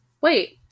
Wait